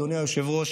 אדוני היושב-ראש,